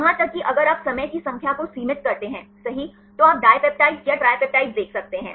यहां तक कि अगर आप समय की संख्या को सीमित करते हैं सही तो आप डिपप्टाइड्स या ट्रिपपेप्टाइड देख सकते हैं